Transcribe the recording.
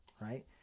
right